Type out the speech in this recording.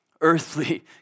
earthly